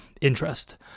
interest